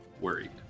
worried